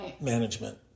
management